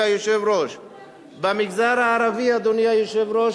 אדוני היושב-ראש.